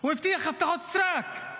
הוא הבטיח הבטחות סרק,